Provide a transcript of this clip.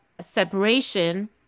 separation